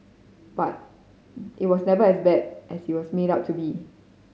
but it was never as bad as it was made out to be